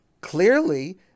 Clearly